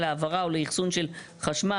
להעברה או לאכסון של חשמל,